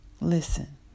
Listen